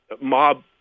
mob